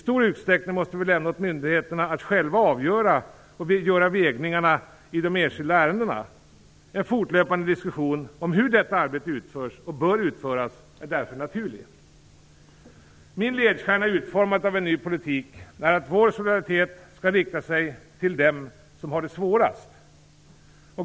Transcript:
I stor utsträckning måste vi överlämna åt myndigheterna att själva göra avvägningar i de enskilda ärendena. En fortlöpande diskussion om hur detta arbete utförs och bör utföras är därför naturlig. Min ledstjärna i utformandet av en ny politik är att vår solidaritet skall rikta sig till dem som har det svårast.